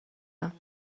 فهمیدم